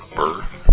birth